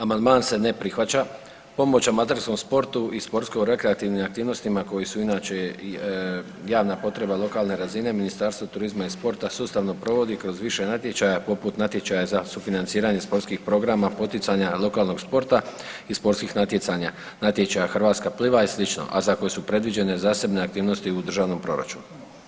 Amandman se ne prihvaća, pomoć amaterskom sportu i sportsko rekreativnim aktivnostima koje su inače javna potreba lokalne razine Ministarstvo turizma i sporta sustavno provodi kroz više natječaja poput natječaja za sufinanciranje sportskih programa, poticanja lokalnog sporta i sportskih natjecanja, natječaja Hrvatska pliva i sl., a za koje su predviđene zasebne aktivnosti u državnom proračunu.